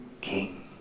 King